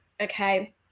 okay